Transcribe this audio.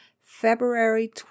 February